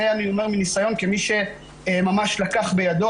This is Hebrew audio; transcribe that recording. זה אני אומר מניסיון כמי שממש לקח בידו,